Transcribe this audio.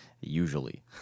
usually